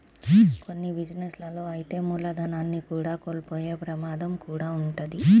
కొన్ని బిజినెస్ లలో అయితే మూలధనాన్ని కూడా కోల్పోయే ప్రమాదం కూడా వుంటది